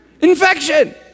infection